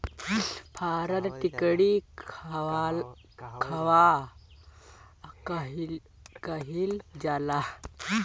पारद टिक्णी कहवा कयील जाला?